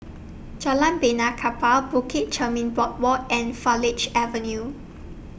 Jalan Benaan Kapal Bukit Chermin Boardwalk and Farleigh Avenue